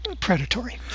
predatory